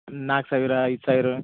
ನಾಲ್ಕು ಸಾವಿರ ಐದು ಸಾವಿರ